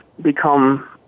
become